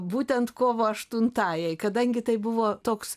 būtent kovo aštuntajai kadangi tai buvo toks